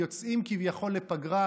יוצאים כביכול לפגרה,